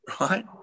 right